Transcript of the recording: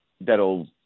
that'll